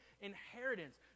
inheritance